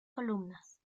columnas